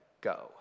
go